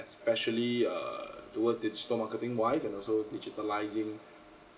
especially err towards digital marketing wise and also digitalising